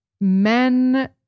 men